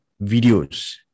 videos